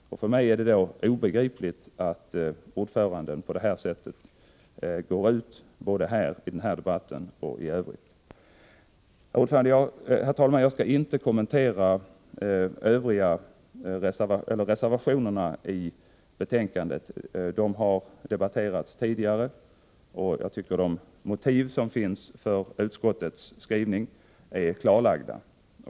För mig är det obegripligt att utskottsordföranden då går ut på det här sättet, både här i debatten och i övrigt. Herr talman! Jag skall inte kommentera reservationerna i betänkandet. De har debatterats tidigare, och jag tycker att de motiv som finns för utskottets skrivning har blivit klarlagda.